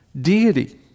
deity